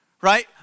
Right